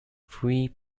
three